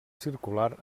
circular